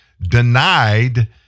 denied